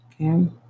Okay